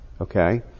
okay